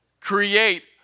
create